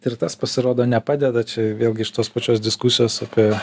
ir tas pasirodo nepadeda vėlgi iš tos pačios diskusijos apie